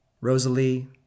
Rosalie